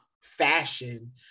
fashion